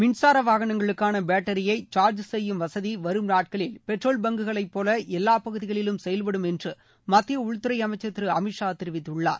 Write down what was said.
மின்சார வாகனங்களுக்கான பேட்டரியை சார்ஜ் செய்யும் வசதி வரும் நாட்களில் பெட்ரோல் பங்குகளைப்போல எல்லா பகுதிகளிலும் செயல்படுமு் என்று மத்திய உள்துறை அமைச்சர் திரு அமித்ஷா தெரிவித்துள்ளார்